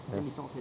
yes